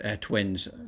twins